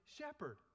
shepherd